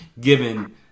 given